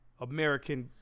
American